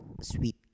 sweet